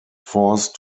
force